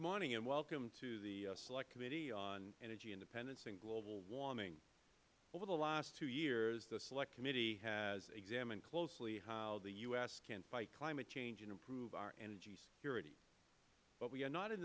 and welcome to the select committee on energy independence and global warming over the last two years the select committee has examined closely how the u s can fight climate change and improve our energy security but we are not in